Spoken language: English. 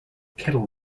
kettle